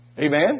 Amen